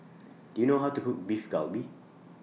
Do YOU know How to Cook Beef Galbi